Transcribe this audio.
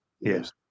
Yes